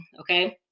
okay